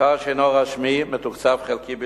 המוכר שאינו רשמי מתוקצבים חלקית בלבד.